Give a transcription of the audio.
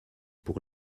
pour